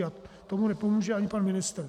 A tomu nepomůže ani pan ministr.